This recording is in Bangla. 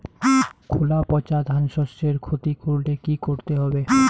খোলা পচা ধানশস্যের ক্ষতি করলে কি করতে হবে?